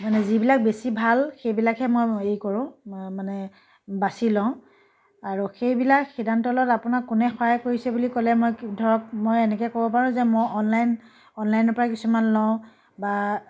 মানে যিবিলাক বেছি ভাল সেইবিলাকহে মই হেৰি কৰোঁ মা মানে বাছি লওঁ আৰু সেইবিলাক সিদ্ধান্ত লোৱাত আপোনাক কোনে সহায় কৰিছে বুলি ক'লে মই ধৰক মই এনেকৈ ক'ব পাৰোঁ যে মই অনলাইন অনলাইনৰ পৰা কিছুমান লওঁ বা